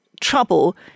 trouble